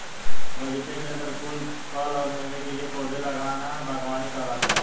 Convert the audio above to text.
बगीचे के अंदर फूल, फल और मेवे के लिए पौधे लगाना बगवानी कहलाता है